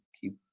keep